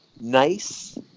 nice